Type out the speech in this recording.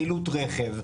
חילוט רכב.